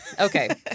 Okay